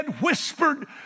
whispered